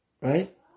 Right